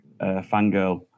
fangirl